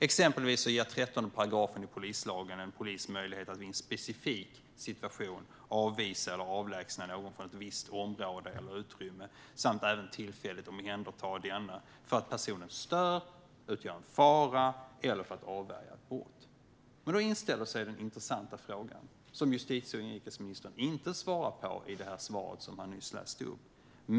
Exempelvis ger 13 § i polislagen en polis möjlighet att i en specifik situation avvisa eller avlägsna någon från ett visst område eller utrymme samt att även tillfälligt omhänderta denna för att personen stör eller utgör en fara eller för att avvärja brott. Då inställer sig den intressanta fråga som justitie och inrikesministern inte svarar på i det svar som han nyss läste upp.